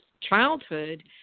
childhood